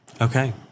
Okay